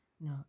No